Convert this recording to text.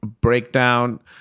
breakdown